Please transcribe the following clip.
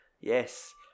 Yes